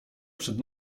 przed